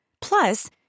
Plus